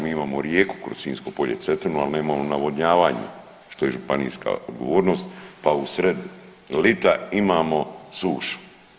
Mi imamo rijeku kroz Sinjsko polje Cetinu, al nemamo navodnjavanje, što je županijska odgovornost, pa u sred lita imamo sušu.